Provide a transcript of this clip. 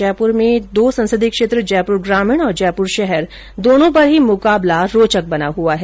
जयपुर में दो संसदीय क्षेत्र जयपुर ग्रामीण और जयपुर शहर दोनो पर ही मुकाबला रौचक बना हुआ है